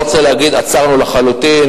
אני לא רוצה להגיד שעצרנו לחלוטין,